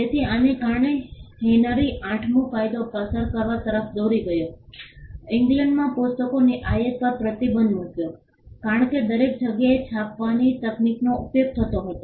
તેથી આને કારણે હેનરી આઠમો કાયદો પસાર કરવા તરફ દોરી ગયો ઇંગ્લેન્ડમાં પુસ્તકોની આયાત પર પ્રતિબંધ મૂક્યો કારણ કે દરેક જગ્યાએ છાપવાની તકનીકનો ઉપયોગ થતો હતો